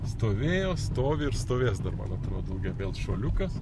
stovėjo stovi ir stovės dar man atrodo vėl šuoliukas